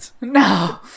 No